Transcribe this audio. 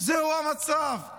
זה המצב.